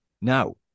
Now